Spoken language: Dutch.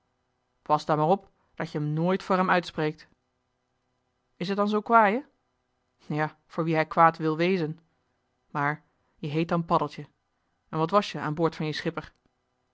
pas dan maar op dat je m nooit voor hem uitspreekt is t dan zoo'n kwaaie ja voor wien hij kwaad wil wezen maar je heet dan paddeltje en wat was je aan boord van je schipper